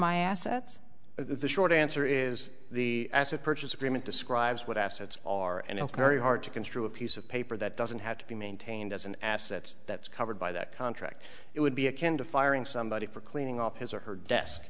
my assets the short answer is the asset purchase agreement describes what assets are and it's very hard to construe a piece of paper that doesn't have to be maintained as an asset that's covered by that contract it would be a candid firing somebody for cleaning up his or her desk